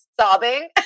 sobbing